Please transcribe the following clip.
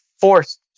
forced